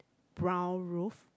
brown roof